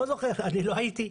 אני לא הייתי,